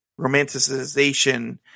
romanticization